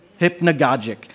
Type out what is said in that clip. hypnagogic